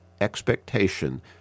expectation